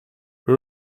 who